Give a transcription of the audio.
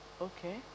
Okay